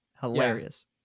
hilarious